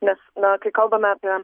nes na kai kalbame apie